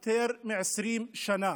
יותר מ-20 שנה,